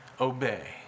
obey